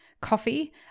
coffee